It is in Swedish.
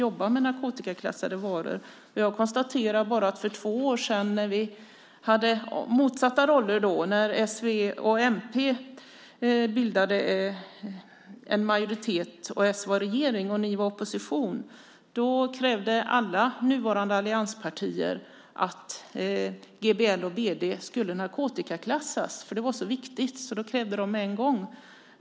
Jag kan konstatera att för två år sedan när vi hade motsatta roller - när s, v och mp bildade majoritet, s var i regering och ni i opposition - krävde alla nuvarande allianspartier att GBL och BD skulle narkotikaklassas. Det var så viktigt, så det krävde de med en gång.